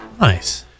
Nice